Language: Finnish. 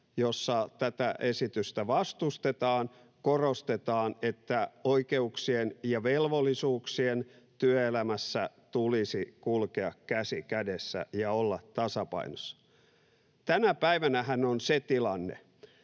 jossa tätä esitystä vastustetaan, korostetaan, että työelämässä oikeuksien ja velvollisuuksien tulisi kulkea käsi kädessä ja olla tasapainossa. Tänä päivänähän on se tilanne,